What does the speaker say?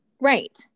right